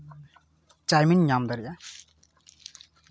chowmein ᱧᱟᱢ ᱫᱟᱲᱮᱭᱟᱜᱼᱟ